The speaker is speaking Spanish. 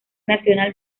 nacional